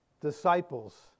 disciples